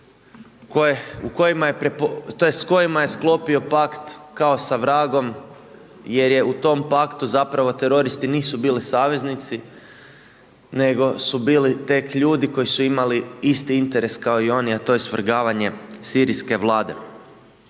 s kojima je sklopio pak kao sa vragom jer je u tom paktu zapravo teroristi nisu bili saveznici nego su bili tek ljudi koji su imali isti interes kao i oni a to je svrgavanje Sirijske Vlade.